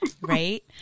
Right